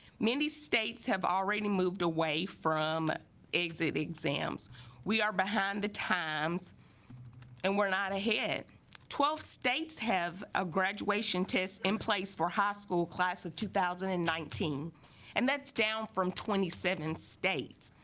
many states have already moved away from exit exams we are behind the times and we're not ahead twelve states have a graduation test in place for high school as of two thousand and nineteen and that's down from twenty seven states